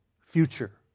future